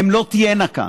הן לא תהיינה כאן,